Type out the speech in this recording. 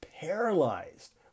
paralyzed